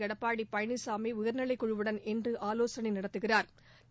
எடப்பாடி பழனிசாமி உயா்நிலைக்குழுவுடன் இன்று ஆவோசனை நடத்துகிறாா்